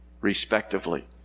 respectively